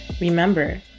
Remember